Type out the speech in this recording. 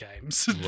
games